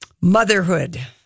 Motherhood